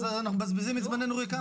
אז אנחנו מבזבזים את זמננו ריקם.